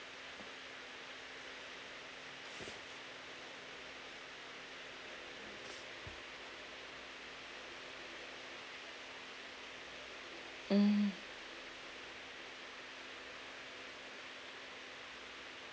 mm